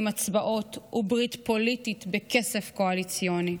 הצבעות וברית פוליטית בכסף קואליציוני,